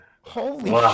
Holy